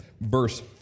verse